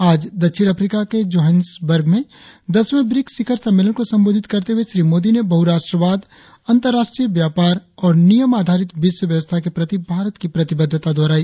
आज दक्षिण अफ्रिका के जोहानिसबर्ग में दसवें ब्रिक्स शिखर सम्मेलन को संबोधित करते हुए श्री मोदी ने बहुराष्ट्रवाद अंतर्राष्ट्रीय व्यापार और नियम आधारित विश्व व्यवस्था के प्रति भारत की प्रतिबद्धता दोहराई